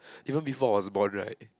even before was born right